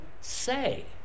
say